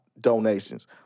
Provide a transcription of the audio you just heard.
donations